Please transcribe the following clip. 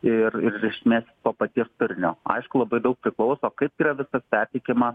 ir ir rišmės to paties turinio aišku labai daug priklauso kaip yra viskas perteikiama